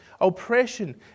Oppression